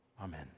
Amen